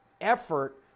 effort